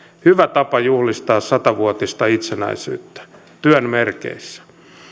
hyvä tapa juhlistaa sata vuotista itsenäisyyttä työn merkeissä